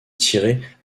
tirées